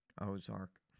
ozark